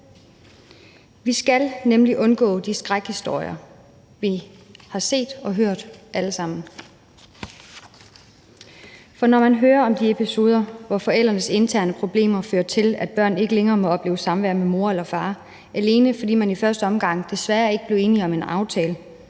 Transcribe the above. Vi skal nemlig undgå de skrækhistorier, vi alle sammen har set og hørt. For når vi hører om de episoder, hvor forældrenes interne problemer fører til, at børn ikke længere må opleve samvær med mor eller far, alene fordi man i første omgang desværre ikke blev enige om en aftale,